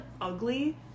ugly